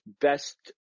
best